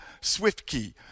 SwiftKey